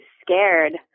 scared